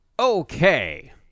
okay